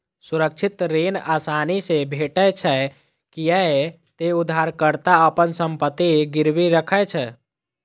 सुरक्षित ऋण आसानी से भेटै छै, कियै ते उधारकर्ता अपन संपत्ति गिरवी राखै छै